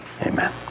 amen